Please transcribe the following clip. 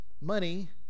Money